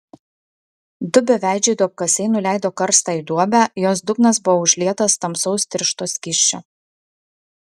du beveidžiai duobkasiai nuleido karstą į duobę jos dugnas buvo užlietas tamsaus tiršto skysčio